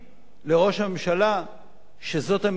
לראש הממשלה שזאת המדיניות הנכונה?